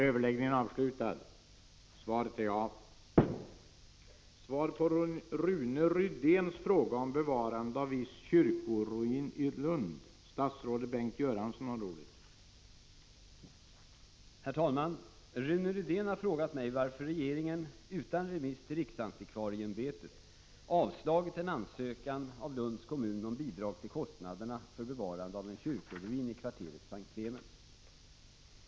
Herr talman! Rune Rydén har frågat mig varför regeringen, utan remiss till riksantikvarieämbetet, avslagit en ansökning av Lunds kommun om bidrag till bestridande av kostnaderna för bevarande av en kyrkoruin i kvarteret S:t Clemens.